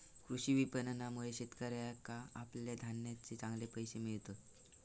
कृषी विपणनामुळे शेतकऱ्याका आपल्या धान्याचे चांगले पैशे मिळतत